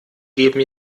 geben